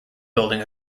building